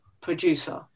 producer